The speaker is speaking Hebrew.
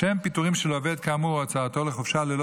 לשם פיטורים של עובד כאמור או הוצאתו לחופשה ללא